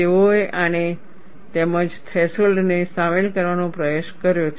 તેઓએ આને તેમજ થ્રેશોલ્ડને સામેલ કરવાનો પ્રયાસ કર્યો છે